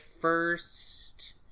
first